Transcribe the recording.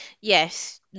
Yes